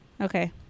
Okay